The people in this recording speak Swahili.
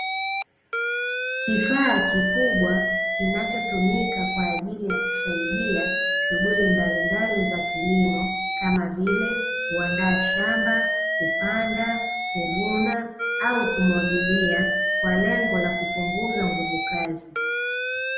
Kifaa kikubwa kinachotumika kwaajili ya kusaidia shughuli mbalimbali za kilimo kama vile kuandaa shamba, kupanda, kuvuna au kumwagilia kwa lengo la kupunguza nguvu kazi.